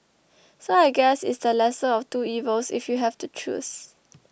so I guess it's the lesser of two evils if you have to choose